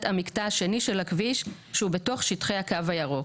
המקטע השני של הכביש שהוא בתוך שטחי הקו הירוק.